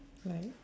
like